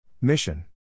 Mission